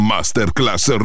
Masterclass